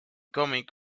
cómic